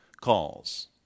calls